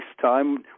time